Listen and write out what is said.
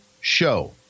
show